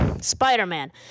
Spider-Man